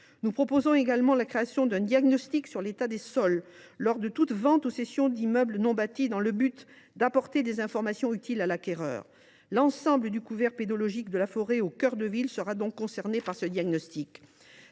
Nous proposons également la création d’un diagnostic sur l’état des sols lors de toute vente ou cession d’immeubles non bâtis dans le but d’apporter des informations utiles à l’acquéreur. L’ensemble du couvert pédologique de la forêt au cœur de ville sera donc concerné par ce diagnostic.